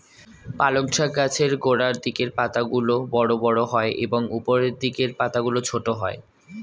পালং শাক গাছের গোড়ার দিকের পাতাগুলো বড় বড় হয় এবং উপরের দিকের পাতাগুলো ছোট হয়